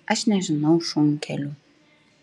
aš nežinau šunkelių